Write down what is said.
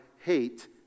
hate